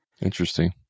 Interesting